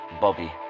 Bobby